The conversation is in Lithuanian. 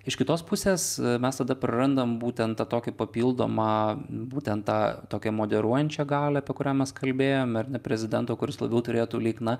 iš kitos pusės mes tada prarandam būtent tą tokį papildomą būtent tą tokią moderuojančią galią apie kurią mes kalbėjom ar ne prezidento kuris labiau turėtų lyg na